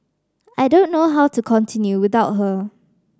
I don't know how to continue without her